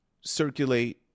circulate –